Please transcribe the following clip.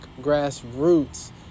grassroots